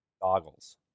goggles